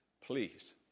please